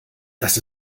das